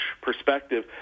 perspective